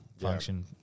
Function